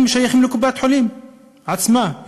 הם שייכים לקופת-החולים עצמה,